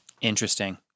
Interesting